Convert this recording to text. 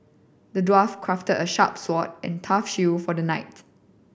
the dwarf crafted a sharp sword and a tough shield for the knight